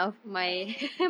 oh